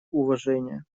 уважения